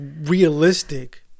realistic